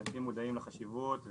אנשים מודעים לחשיבות,